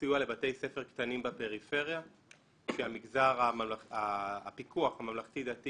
סיוע לבתי ספר קטנים בפריפריה שהפיקוח הממלכתי-דתי